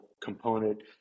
component